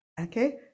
Okay